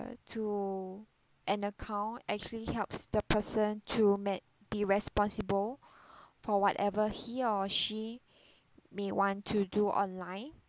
to an account actually helps the person to made be responsible for whatever he or she may want to do online